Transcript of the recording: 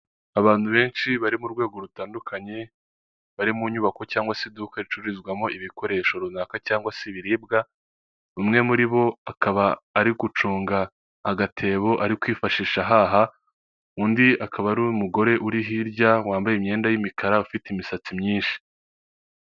Abantu benshi bari mu rwego rutandukanye bari mu nyubako, cyangwa se iduka ricururizwamo ibikoresho runaka cyangwa se ibiribwa, umwe muri bo akaba ari gucunga agatebo ari kwifashisha ahaha, undi akaba ari umugore uri hirya wambaye imyenda y' imikara ufite imisatsi myinshi.